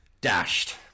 dashed